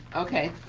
okay,